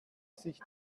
sich